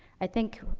i think,